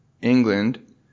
England